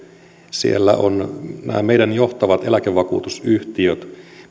siellä ovat nämä meidän johtavat eläkevakuutusyhtiömme